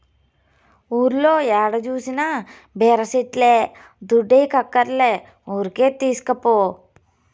ఊర్లో ఏడ జూసినా బీర సెట్లే దుడ్డియ్యక్కర్లే ఊరికే తీస్కపో